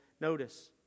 Notice